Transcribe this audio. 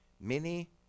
Mini